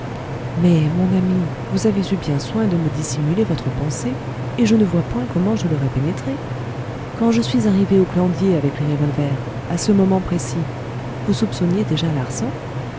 mais mon ami vous avez eu bien soin de me dissimuler votre pensée et je ne vois point comment je l'aurais pénétrée quand je suis arrivé au glandier avec les revolvers à ce moment précis vous soupçonniez déjà larsan